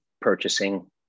purchasing